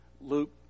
Luke